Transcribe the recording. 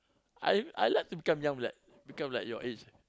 I I like to become young like become your age